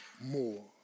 more